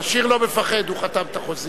העשיר לא מפחד, הוא חתם על החוזים.